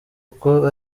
uko